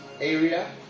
area